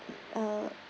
err